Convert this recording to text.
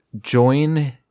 join